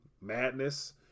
madness